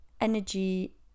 energy